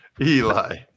Eli